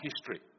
history